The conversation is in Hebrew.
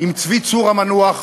עם צבי צור המנוח,